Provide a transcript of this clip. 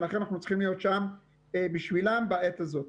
ולכן אנחנו צריכים להיות שם בשבילם בעת הזאת.